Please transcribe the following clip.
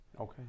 Okay